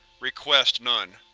request none.